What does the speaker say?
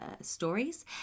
stories